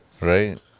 Right